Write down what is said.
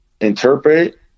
interpret